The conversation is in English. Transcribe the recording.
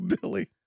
Billy